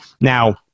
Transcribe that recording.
Now